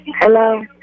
Hello